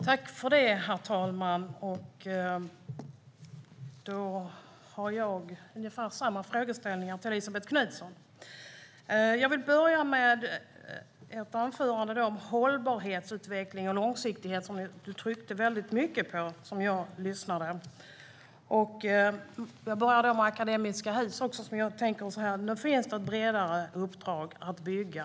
Herr talman! Mina frågor till Elisabet Knutsson är ungefär desamma. Elisabet Knutssons tryckte i sitt anförande väldigt mycket på hållbarhetsutveckling och långsiktighet, tyckte jag när jag lyssnade. Om jag börjar med Akademiska Hus tänker jag som så att nu finns det ett bredare uppdrag att bygga.